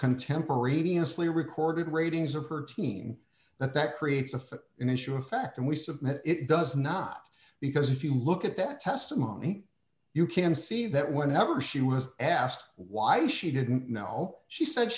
contemporaneously record ratings of her team that that creates a foot in issue in fact and we submit it does not because if you look at that testimony you can see that whenever she was asked why she didn't know she said